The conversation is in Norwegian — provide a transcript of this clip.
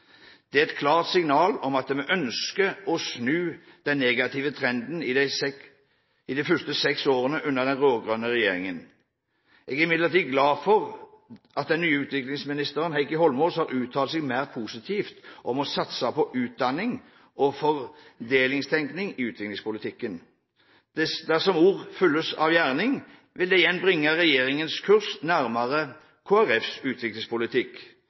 Det er et klart signal om at vi ønsker å snu den negative trenden i de første seks årene under den rød-grønne regjeringen. Jeg er imidlertid glad for at den nye utviklingsministeren, Heikki Holmås, har uttalt seg mer positivt om å satse på utdanning og fordelingstenkning i utviklingspolitikken. Dersom ord følges av gjerning, vil det igjen bringe regjeringens kurs nærmere Kristelig Folkepartis utviklingspolitikk.